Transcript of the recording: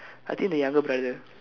I think the younger brother